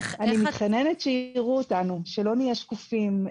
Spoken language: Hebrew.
אני מתחננת שיראו אותנו, שלא נהיה שקופים.